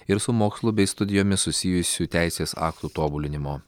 ir su mokslu bei studijomis susijusių teisės aktų tobulinimo